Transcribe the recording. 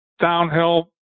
downhill